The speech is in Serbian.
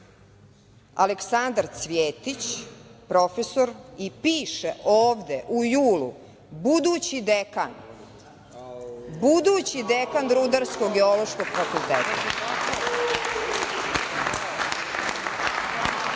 Aleksandar Cvjetić profesor i piše ovde u julu, budući dekan, budući dekan Rudarsko-geološkog fakulteta,